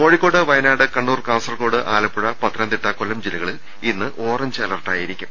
Kozhikode Wayanad Kannur Kasaragod Alappuzha Pathanamthitta Kollam ജില്ലകളിൽ ഇന്ന് orange അലർട്ടായിരിക്കും